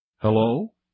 Hello